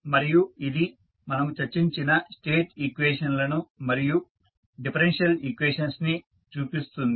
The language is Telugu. మరియు ఇది మనము చర్చించిన స్టేట్ ఈక్వేషన్ లను మరియు డిఫరెన్షియల్ ఈక్వేషన్స్ ని చూపిస్తుంది